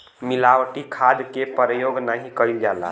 मिलावटी खाद के परयोग नाही कईल जाला